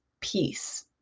peace